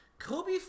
Kobe